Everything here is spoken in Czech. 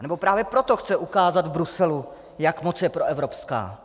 Anebo právě proto chce ukázat v Bruselu, jak moc je proevropská.